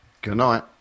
goodnight